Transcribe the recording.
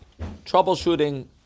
troubleshooting